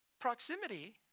Proximity